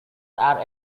are